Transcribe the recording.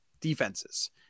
defenses